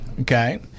Okay